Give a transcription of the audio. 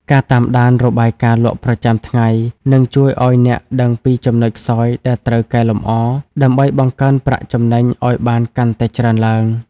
ការតាមដាន "របាយការណ៍លក់ប្រចាំថ្ងៃ" នឹងជួយឱ្យអ្នកដឹងពីចំណុចខ្សោយដែលត្រូវកែលម្អ ដើម្បីបង្កើនប្រាក់ចំណេញឱ្យបានកាន់តែច្រើនឡើង។